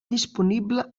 disponible